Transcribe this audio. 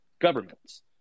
governments